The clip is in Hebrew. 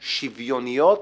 שוויוניות,